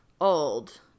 Old